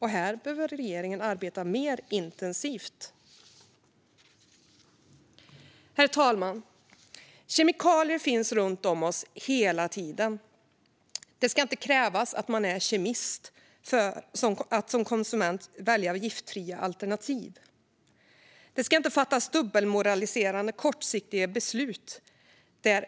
Här behöver regeringen arbeta mer intensivt. Herr talman! Kemikalier finns runt om oss hela tiden. Det ska inte krävas att man är kemist för att man som konsument ska kunna välja giftfria alternativ. Det ska inte fattas dubbelmoraliserande kortsiktiga beslut.